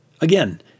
Again